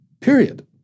period